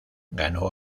ganó